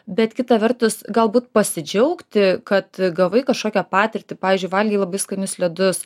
bet kita vertus galbūt pasidžiaugti kad gavai kažkokią patirtį pavyzdžiui valgei labai skanius ledus